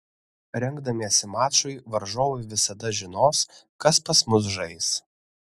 rengdamiesi mačui varžovai visada žinos kas pas mus žais